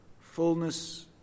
fullness